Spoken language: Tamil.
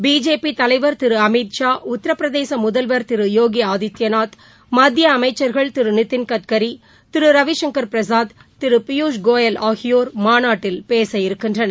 பிஜேபி தலைவர் திரு அமித்ஷா உத்தரப்பிரதேச முதல்வர் திரு யோகி ஆதித்யநாத் மத்திய அமைச்சா்கள் திரு நிதிள் கட்கரி திரு ரவிசங்கா் பிரசாத் திரு பியூஷ் கோயல் ஆகியோா் மாநாட்டில் பேச இருக்கின்றனர்